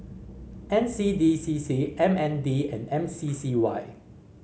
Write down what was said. N C D C C M N D and M C C Y